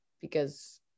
because-